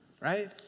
Right